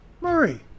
Murray